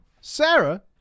Sarah